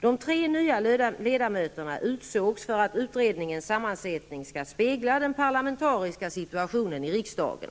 De tre nya ledamöterna utsågs för att utredningens sammansättning skall spegla den parlamentariska situationen i riksdagen.